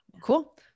cool